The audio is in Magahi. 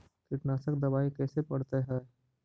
कीटनाशक दबाइ कैसे पड़तै है?